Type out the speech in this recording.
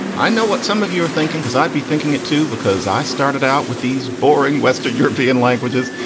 i know what some of you are thinking because i'd be thinking it too, because i started out with these boring western european languages.